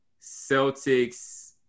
Celtics –